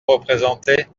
représentés